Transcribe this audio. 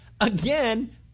Again